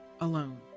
alone